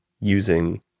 using